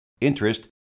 interest